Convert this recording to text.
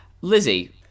Lizzie